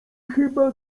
chyba